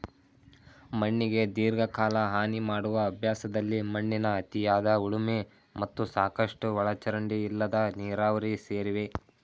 ಮಣ್ಣಿಗೆ ದೀರ್ಘಕಾಲ ಹಾನಿಮಾಡುವ ಅಭ್ಯಾಸದಲ್ಲಿ ಮಣ್ಣಿನ ಅತಿಯಾದ ಉಳುಮೆ ಮತ್ತು ಸಾಕಷ್ಟು ಒಳಚರಂಡಿ ಇಲ್ಲದ ನೀರಾವರಿ ಸೇರಿವೆ